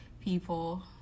people